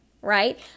right